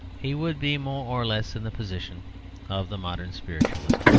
he would be more or less in the position of the modern spiritualist.